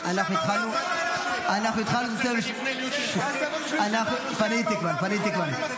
אנחנו התחלנו בסבב --- תפנה לייעוץ המשפטי.